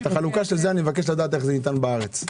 את החלוקה של זה, אני מבקש לדעת איך זה ניתן בארץ.